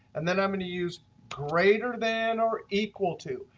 and then i'm going to use greater than or equal to.